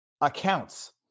accounts